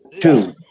Two